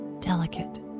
delicate